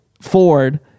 Ford